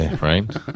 right